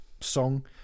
song